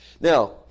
Now